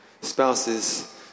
Spouses